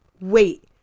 wait